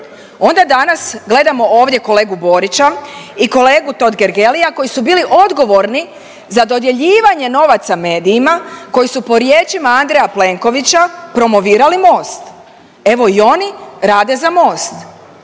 Onda danas gledamo ovdje kolegu Boriću i kolegu Totgergelija koji su bili odgovorni za dodjeljivanje novaca medijima koji su po riječima Andreja Plenkovića promovirali Most, evo i oni rade za Most.